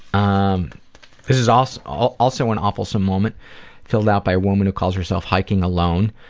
um this is also also an awfulsome moment filled out by a woman who calls herself hikingalone.